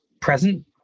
present